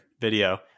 video